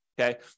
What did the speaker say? Okay